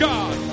God